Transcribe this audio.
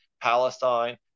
Palestine